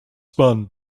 pan